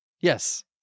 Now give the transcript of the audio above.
Yes